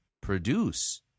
produce